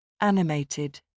Animated